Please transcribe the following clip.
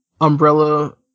umbrella